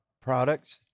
products